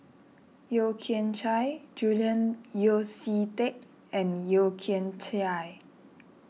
Yeo Kian Chye Julian Yeo See Teck and Yeo Kian Chai